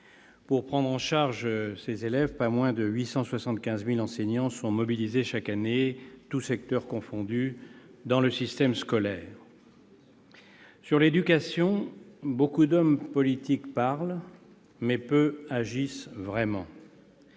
Pour prendre en charge ces élèves, pas moins de 875 000 enseignants sont mobilisés chaque année, tous secteurs confondus, dans le système scolaire. En matière d'éducation, nombre d'hommes politiques parlent, mais peu agissent vraiment.